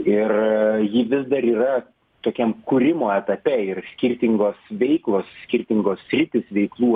ir ji vis dar yra tokiam kūrimo etape ir skirtingos veiklos skirtingos sritys veiklų